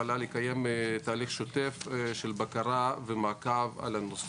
המל"ל יקיים תהליך שוטף של בקרה ומעקב על הנושא.